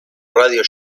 radio